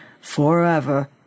forever